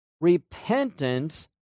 repentance